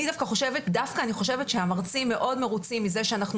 דווקא אני חושבת שהמרצים מאוד מרוצים מזה שאנחנו